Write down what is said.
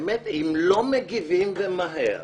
אם לא מגיבים ומהר